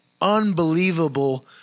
unbelievable